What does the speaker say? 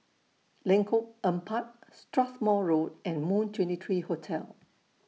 Lengkok Empat Strathmore Road and Moon twenty three Hotel